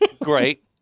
great